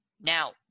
Now